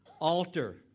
altar